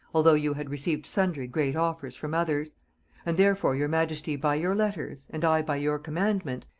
although you had received sundry great offers from others and therefore your majesty by your letters, and i by your commandment,